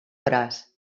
braç